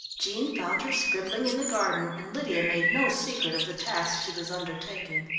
jean found her scribbling in the garden and lydia made no secret of the task she was undertaking.